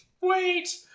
Wait